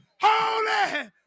holy